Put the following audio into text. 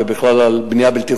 ובכלל בנייה בלתי חוקית.